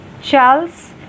Charles